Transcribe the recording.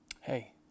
Hey